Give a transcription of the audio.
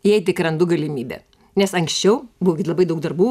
jei tik randu galimybę nes anksčiau buvo gi labai daug darbų